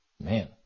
man